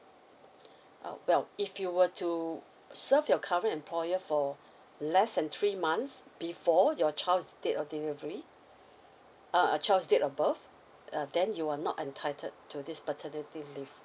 uh well if you were to serve your current employer for less than three months before your child's date or delivery uh uh child's date of birth err then you will not entitled to this paternity leave